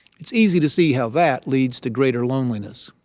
it's easy to see how that leads to greater loneliness.